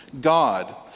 God